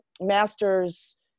master's